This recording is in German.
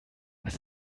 was